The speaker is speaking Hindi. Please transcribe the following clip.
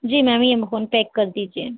जी मैम ये फ़ोन पैक कर दीजिए